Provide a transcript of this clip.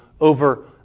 over